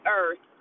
earth